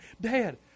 Dad